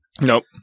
Nope